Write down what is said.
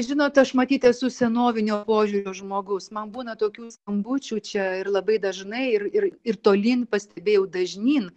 žinot aš matyt esu senovinio požiūrio žmogus man būna tokių skambučių čia ir labai dažnai ir ir ir tolyn pastebėjau dažnyn